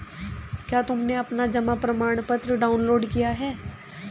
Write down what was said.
क्या तुमने अपना जमा प्रमाणपत्र डाउनलोड किया है?